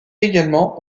également